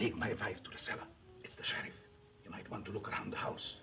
take my advice to you might want to look around the house